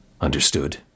understood